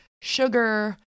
sugar